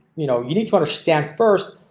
you know, you need to understand first.